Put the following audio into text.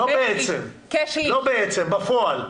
לא בעצם, בפועל.